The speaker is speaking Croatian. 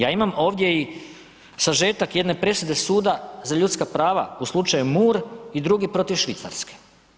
Ja imam ovdje i sažetak jedne presude suda za ljudska prava u slučaju u Moore i drugih protiv Švicarske.